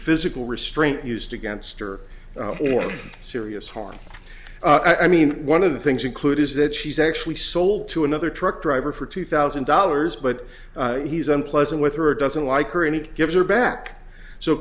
physical restraint used against her or serious harm i mean one of the things include is that she's actually sold to another truck driver for two thousand dollars but he's unpleasant with her or doesn't like her and it gives her back so